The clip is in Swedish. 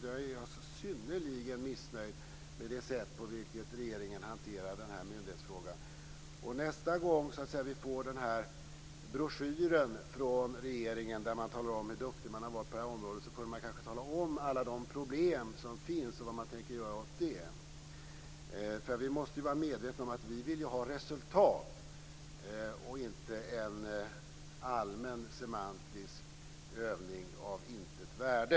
Jag är alltså synnerligen missnöjd med det sätt på vilket regeringen hanterar den här myndighetsfrågan. Nästa gång vi får den här broschyren från regeringen, där man talar om hur duktig man har varit på det här området, kunde man kanske tala om alla de problem som finns och vad man tänker göra åt dem. Vi måste vara medvetna om att vi vill ha resultat och inte en allmän semantisk övning av intet värde.